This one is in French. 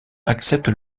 accepte